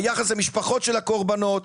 היחס למשפחות של הקורבנות,